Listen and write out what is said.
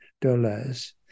dollars